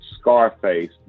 Scarface